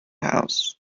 houses